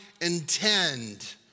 intend